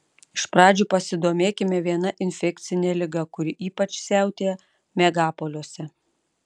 iš pradžių pasidomėkime viena infekcine liga kuri ypač siautėja megapoliuose